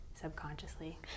subconsciously